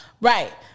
Right